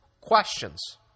questions